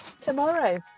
tomorrow